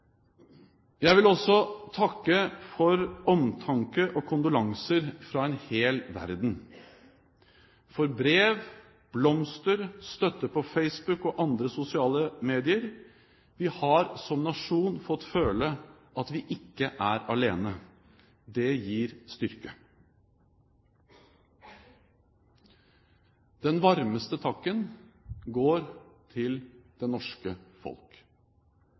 Jeg vil også takke for omtanke og kondolanser fra en hel verden – for brev, blomster, støtte på Facebook og andre sosiale medier. Vi har som nasjon fått føle at vi ikke er alene. Det gir styrke. Den varmeste takken går til det norske folk